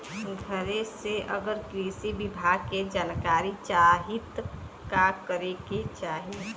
घरे से अगर कृषि विभाग के जानकारी चाहीत का करे के चाही?